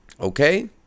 Okay